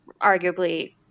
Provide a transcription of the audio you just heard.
arguably